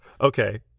okay